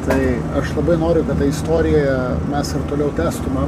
tai aš labai noriu kad ta istorija mes ir toliau tęstumėm